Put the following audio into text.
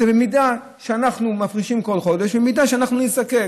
את זה אנחנו מפרישים כל חודש, למידה שאנחנו ניזקק.